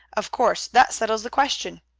of course that settles the question.